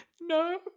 No